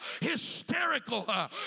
hysterical